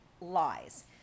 lies